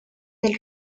del